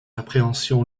appréhension